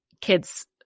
kids